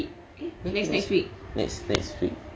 next next week